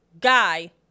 guy